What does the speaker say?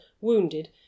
wounded